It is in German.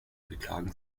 beklagen